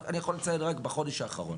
אני יכול לציין, רק בחודש האחרון